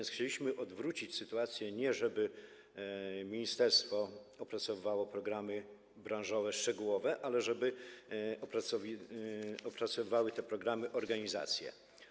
Chcieliśmy odwrócić sytuację - nie żeby ministerstwo opracowywało programy branżowe szczegółowe, ale żeby opracowywały te programy organizacje.